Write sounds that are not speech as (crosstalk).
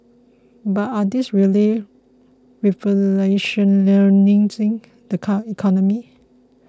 but are these really revolutionising the (unintelligible) economy